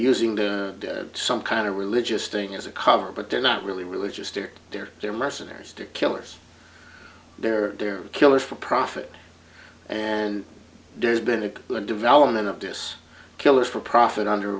using some kind of religious thing as a cover but they're not really religious to they're they're mercenaries to killers they're they're killers for profit and there's been a development of this killers for profit under